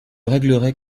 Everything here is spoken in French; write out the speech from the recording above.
réglerait